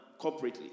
corporately